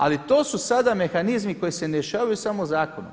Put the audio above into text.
Ali to su sada mehanizmi koji se ne rješavaju samo zakonom.